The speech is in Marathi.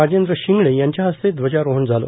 राजेंद्र शिंगणे यांच्या हस्ते ध्वजारोहण झालं